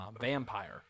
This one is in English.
Vampire